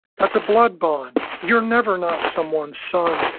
that's a blood bond. you're never not someone's son,